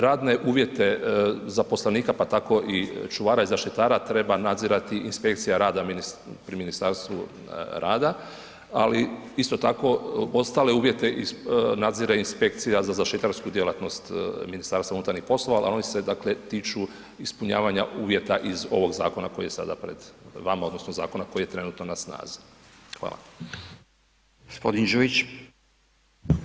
Radne uvjete zaposlenika pa tako i čuvara i zaštitara treba nadzirati inspekcija rada pri Ministarstvu rada ali isto tako ostale uvjere nadzire inspekcija za zaštitarsku djelatnost MUP-a, oni se dakle tiču ispunjavanja uvjeta iz ovog zakona koji je sada pred vama odnosno zakona koji je trenutno na snazi, hvala.